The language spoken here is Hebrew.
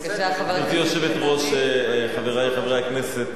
בבקשה, חבר הכנסת